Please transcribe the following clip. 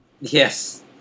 yes